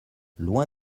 loin